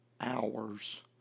hours